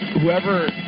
whoever